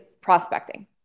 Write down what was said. prospecting